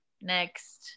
next